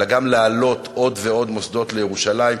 אלא גם להעלות עוד ועוד מוסדות לירושלים.